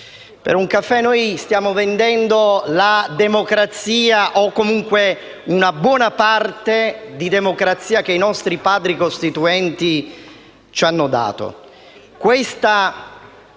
Per un caffè noi stiamo vendendo la democrazia o, comunque, una buona parte di democrazia che i nostri Padri costituenti ci hanno dato.